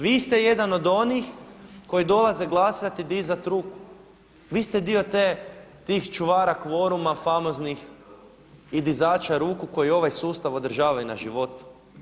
Vi ste jedan od onih koji dolaze glasati, dizati ruku, vi ste dio tih čuvara kvoruma famoznih i dizača ruku koji ovaj sustav održavaju na životu.